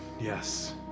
Yes